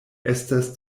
estas